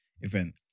event